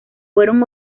fueron